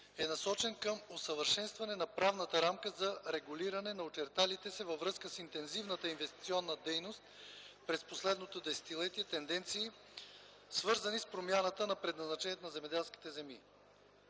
е насочен към усъвършенстване на правната рамка за регулиране на очерталите се във връзка с интензивната инвестиционна дейност през последното десетилетие тенденции, свързани с промяната на предназначението на земеделските земи.